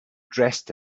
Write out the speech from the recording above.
dressed